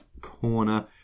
corner